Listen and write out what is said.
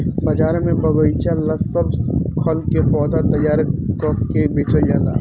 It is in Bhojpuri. बाजार में बगएचा ला सब खल के पौधा तैयार क के बेचल जाला